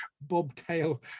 bobtail